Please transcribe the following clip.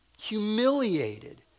humiliated